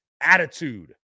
attitude